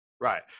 Right